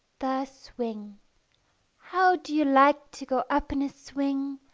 the swing how do you like to go up in a swing,